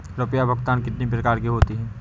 रुपया भुगतान कितनी प्रकार के होते हैं?